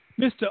Mr